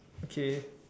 okay